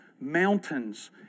mountains